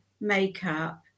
makeup